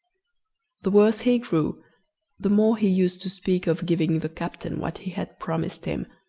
the worse he grew the more he used to speak of giving the captain what he had promised him,